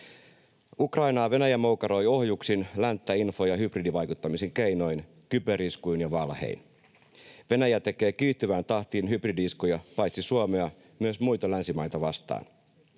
Ukrainaa Venäjä moukaroi ohjuksin, länttä info- ja hybridivaikuttamisen keinoin, kyberiskuin ja valhein. Venäjä tekee kiihtyvään tahtiin hybridi-iskuja paitsi Suomea myös muita länsimaita vastaan.